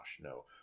No